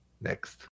Next